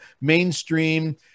mainstream